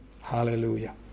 Hallelujah